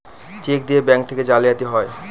check দিয়ে bank থেকে জালিয়াতি হয়